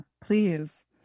Please